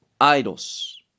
idols